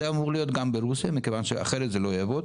הקשר צריך לפעול גם ברוסיה מכיוון שאחרת זה לא יעבוד,